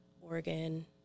Oregon